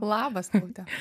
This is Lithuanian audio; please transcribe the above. labas rūta